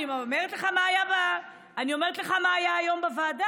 אני אומרת לך מה היה היום בוועדה,